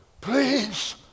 Please